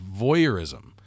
voyeurism